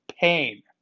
pain